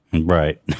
Right